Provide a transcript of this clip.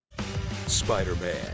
Spider-Man